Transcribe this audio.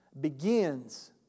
begins